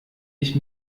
ich